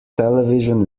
television